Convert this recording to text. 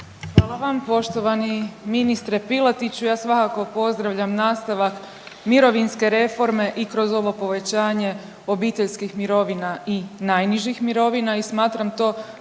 Hvala vam poštovani ministre Piletiću. Ja svakako pozdravljam nastavak mirovinske reforme i kroz ovo povećanje obiteljskih mirovina i najnižih mirovina